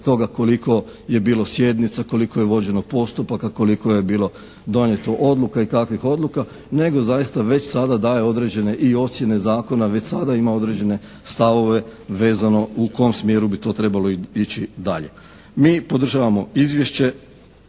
toga koliko je bilo sjednica, koliko je vođeno postupaka, koliko je bilo donijeto odluka i kakvih odluka nego zaista već sada daje određene i ocjene zakona, već sada ima određene stavove vezano u kom smjeru bi to trebalo ići dalje. Mi podržavamo izvješće,